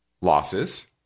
losses